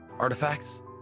Artifacts